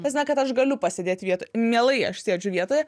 ta prasme kad aš galiu pasėdėt vietoj mielai aš sėdžiu vietoj